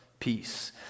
peace